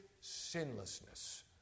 sinlessness